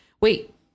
Wait